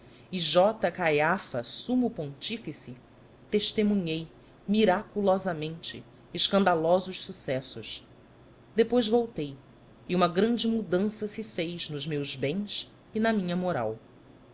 sumo pontífice testemunhei miraculosamente escandalosos sucessos depois voltei e uma grande mudança se fez nos meus bens e na minha moral